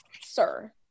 Sir